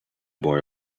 boy